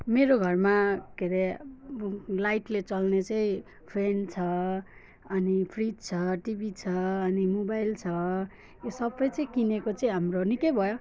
मेरो घरमा के अरे लाइटले चल्ने चाहिँ फ्यान छ अनि फ्रिज छ टिभी छ अनि मोबाइल छ यो सबै चाहिँ किनेको चाहिँ हाम्रो निकै भयो